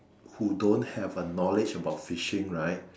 who don't have a knowledge about fishing right